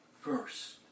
first